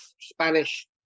Spanish